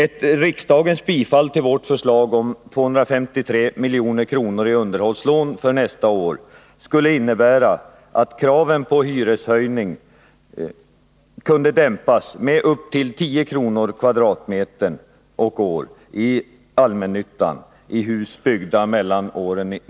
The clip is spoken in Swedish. Ett riksdagens bifall till vårt förslag om 253 milj.kr. i underhållslån för nästa år skulle innebära att kraven på hyreshöjning kunde dämpas med upp Herr talman!